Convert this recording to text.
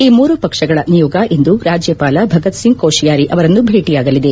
ಈ ಮೂರು ಪಕ್ಷಗಳ ನಿಯೋಗ ಇಂದು ರಾಜ್ಯಪಾಲ ಭಗತ್ಸಿಂಗ್ ಕೋಶಿಯಾರಿ ಅವರನ್ನು ಭೇಟಿಯಾಗಲಿದೆ